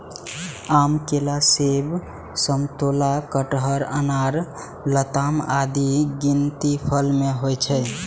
आम, केला, सेब, समतोला, कटहर, अनार, लताम आदिक गिनती फल मे होइ छै